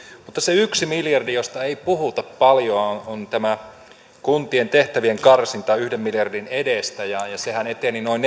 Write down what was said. mutta se yksi miljardi josta ei puhuta paljoa on tämä kuntien tehtävien karsinta yhden miljardin edestä sehän eteni noin